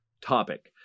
topic